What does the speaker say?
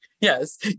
yes